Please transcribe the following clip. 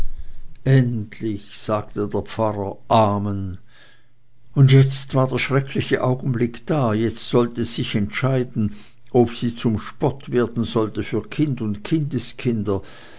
endlich sagte der pfarrer amen und jetzt war der schreckliche augenblick da jetzt sollte es sich entscheiden ob sie zum spott werden sollte für kind und kindeskinder